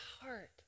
heart